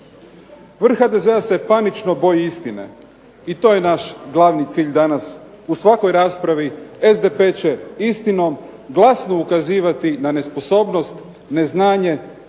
Vrh HDZ-a se panično boji istine i to je naš glavni cilj danas u svakoj raspravi, SDP će istinom glasno ukazivati na nesposobnost, neznanje,